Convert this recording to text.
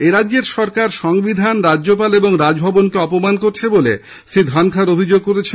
এরাজ্যের সরকার সংবিধান রাজ্যপাল ও রাজভবনকে অপমান করছে বলে শ্রী ধনখড় অভিযোগ করেছেন